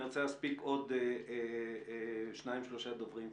אני רוצה להספיק עוד שניים-שלושה דוברים.